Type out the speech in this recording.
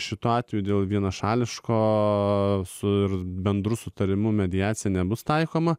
šituo atveju dėl vienašališko su bendru sutarimu mediacija nebus taikoma